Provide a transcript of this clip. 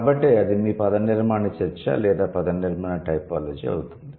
కాబట్టి అది మీ పదనిర్మాణ చర్చ లేదా పదనిర్మాణ టైపోలాజీ అవుతుంది